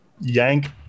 yank